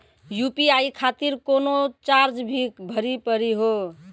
UPI खातिर कोनो charge भी भरी पड़ी हो?